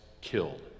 killed